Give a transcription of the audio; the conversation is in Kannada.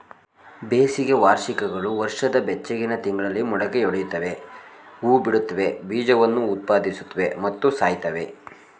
ಬೇಸಿಗೆ ವಾರ್ಷಿಕಗಳು ವರ್ಷದ ಬೆಚ್ಚಗಿನ ತಿಂಗಳಲ್ಲಿ ಮೊಳಕೆಯೊಡಿತವೆ ಹೂಬಿಡ್ತವೆ ಬೀಜವನ್ನು ಉತ್ಪಾದಿಸುತ್ವೆ ಮತ್ತು ಸಾಯ್ತವೆ